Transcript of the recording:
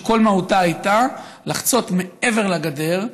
שכל מהותה הייתה לחצות מעבר לגדר,